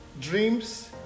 Dreams